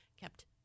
kept